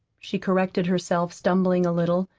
she corrected herself, stumbling a little,